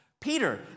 Peter